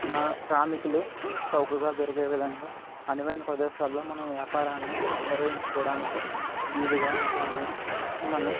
శ్రామికులు చౌకగా దొరకే విధంగా అనువైన ప్రదేశాలలో మనం వ్యాపారాన్ని నిర్వహించుకోవడానికి వీలుగా ఉంటుంది మనం